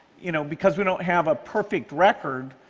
you know because we don't have a perfect record,